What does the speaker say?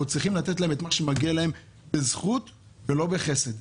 צריכים לתת להם את מה שמגיע להם בזכות ולא בחסד.